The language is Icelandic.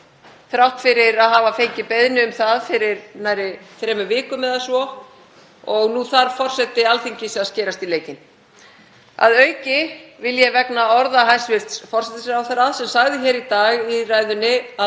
þrátt fyrir að hafa fengið beiðni um það fyrir nærri þremur vikum eða svo og nú þarf forseti Alþingis að skerast í leikinn. Að auki vil ég vegna orða hæstv. forsætisráðherra — sem sagði í dag í ræðunni að